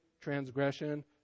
transgression